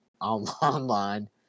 online